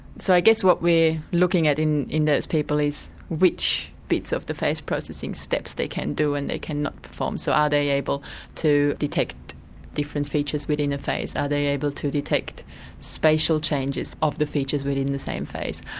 so i guess what we're looking at in in those people is which bits of the face processing steps they can do and which they cannot perform so are they able to detect different features within a face? are they able to detect spatial changes of the features within the same face?